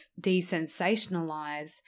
desensationalize